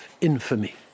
infamy